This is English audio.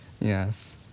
Yes